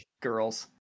girls